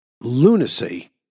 lunacy